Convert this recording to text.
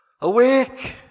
Awake